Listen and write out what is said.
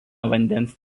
vandens